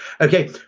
Okay